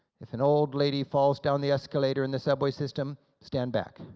if an old lady falls down the escalator in the subway system, stand back,